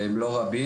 והם לא רבים,